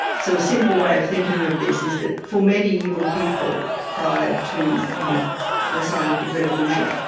so a simple way of thinking of this is that, for medieval people, prior to you know the scientific revolution,